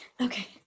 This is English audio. Okay